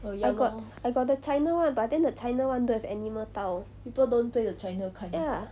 I got I got the china [one] but then the china [one] don't have animal tile ya